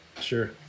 sure